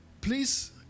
please